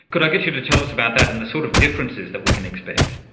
could i get you to tell us about that and the sort of differences that we can expect?